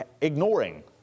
ignoring